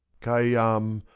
khayyam,